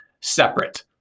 separate